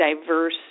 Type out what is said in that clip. diverse